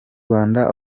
rwanda